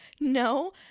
no